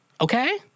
okay